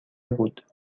بود